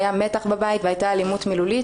היה מתח בבית והייתה אלימות מילולית,